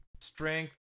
strength